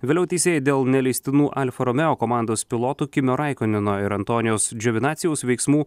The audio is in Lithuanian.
vėliau teisėjai dėl neleistinų alfa romeo komandos pilotų kimio raikoneno ir antonijaus džiovinacijaus veiksmų